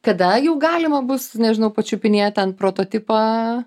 kada jau galima bus nežinau pačiupinėt ten prototipą